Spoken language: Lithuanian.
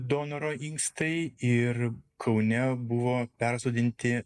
donoro inkstai ir kaune buvo persodinti